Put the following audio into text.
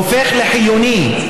הופך לחיוני,